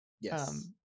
Yes